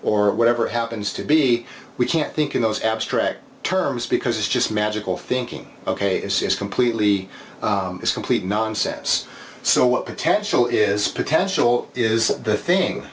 or whatever happens to be we can't think in those abstract terms because it's just magical thinking ok it's completely is complete nonsense so what potential is potential is the thing